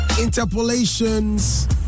interpolations